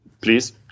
please